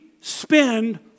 spend